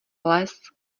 les